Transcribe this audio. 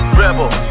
rebel